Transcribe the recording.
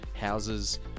houses